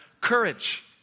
courage